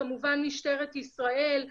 כמובן משטרת ישראל,